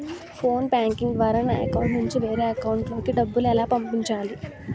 Phone banking ద్వారా నా account నుంచి వేరే అకౌంట్ లోకి డబ్బులు ఎలా పంపించాలి?